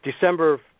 December